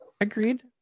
agreed